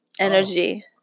Energy